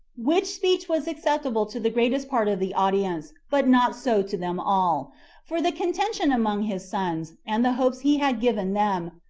which speech was acceptable to the greatest part of the audience, but not so to them all for the contention among his sons, and the hopes he had given them,